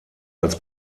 als